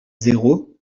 zéro